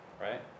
right